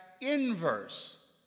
inverse